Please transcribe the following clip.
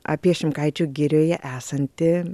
apie šimkaičių girioje esantį